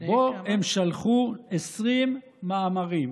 הם שלחו 20 מאמרים